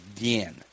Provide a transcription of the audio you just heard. again